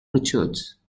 richards